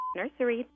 nursery